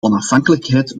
onafhankelijkheid